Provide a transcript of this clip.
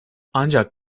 ancak